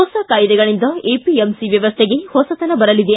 ಹೊಸ ಕಾಯ್ದೆಗಳಿಂದ ಎಪಿಎಂಸಿ ವ್ಯವಸ್ಥೆಗೆ ಹೊಸತನ ಬರಲಿದೆ